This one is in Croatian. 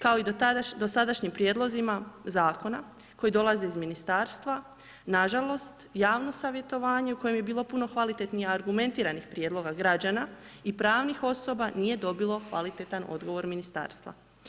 Kao i dosadašnjim prijedlozima zakona, koji dolaze iz ministarstva, nažalost, javno savjetovanje o kojem je bilo puno kvalitetnih i argumentiranih prijedloga građana i pravnih osoba, nije dobilo kvalitetan odgovor ministarstva.